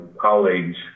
colleagues